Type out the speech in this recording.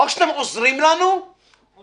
או שאתם עוזרים לנו או